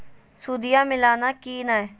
सुदिया मिलाना की नय?